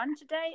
Today